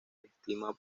estima